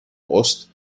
ost